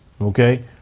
okay